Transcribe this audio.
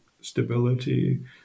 stability